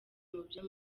mubyo